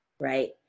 right